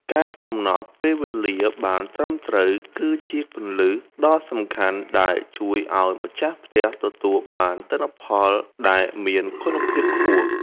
ការកំណត់ពេលវេលាបានត្រឹមត្រូវគឺជាគន្លឹះដ៏សំខាន់ដែលជួយឱ្យម្ចាស់ផ្ទះទទួលបានទិន្នផលដែលមានគុណភាពខ្ពស់។